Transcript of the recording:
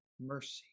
mercy